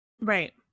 Right